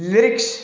lyrics